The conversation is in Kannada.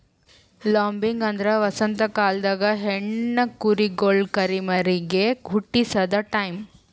ಲಾಂಬಿಂಗ್ ಅಂದ್ರ ವಸಂತ ಕಾಲ್ದಾಗ ಹೆಣ್ಣ ಕುರಿಗೊಳ್ ಕುರಿಮರಿಗ್ ಹುಟಸದು ಟೈಂ